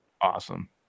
Awesome